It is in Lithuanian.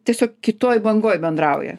tiesiog kitoj bangoj bendrauji